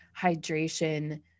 hydration